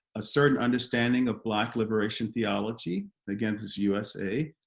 a certain understanding of black liberation theology again, this is usa.